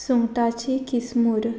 सुंगटाची किसमूर